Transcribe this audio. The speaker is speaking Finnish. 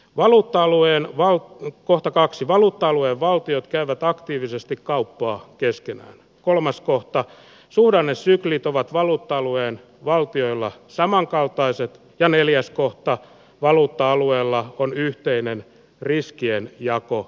valuutta alueen vaan kohta kaksi valuutta alueen valtiot käyvät aktiivisesti kauppaa keskenään kolmas kohta ja suhdannesyklit ovat valuutta alueen valtioilla samankaltaiset ja neljäs kohta valuutta alueella on yhteinen riskien jako